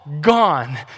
gone